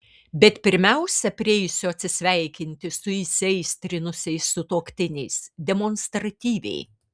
bet pirmiausia prieisiu atsisveikinti su įsiaistrinusiais sutuoktiniais demonstratyviai